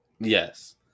Yes